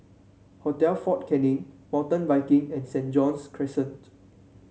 Hotel Fort Canning Mountain Biking and Saint John's Crescent